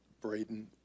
Braden